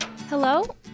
Hello